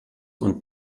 und